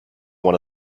one